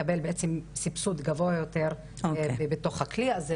מקבל סבסוד גבוה יותר בתוך הכלי הזה,